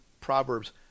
Proverbs